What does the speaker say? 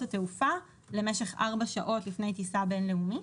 התעופה למשך ארבע שעות לפני טיסה בין-לאומית.